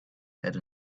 had